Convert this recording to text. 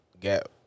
gap